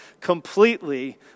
completely